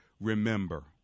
remember